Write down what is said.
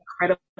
incredible